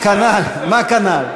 כנ"ל.